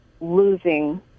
losing